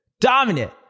Dominant